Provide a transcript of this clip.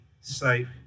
safe